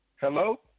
Hello